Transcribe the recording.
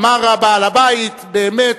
אמר בעל הבית: באמת